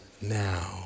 now